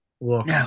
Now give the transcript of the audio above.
look